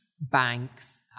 banks